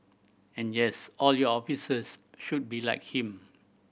and yes all your officers should be like him